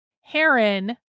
Heron